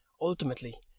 Ultimately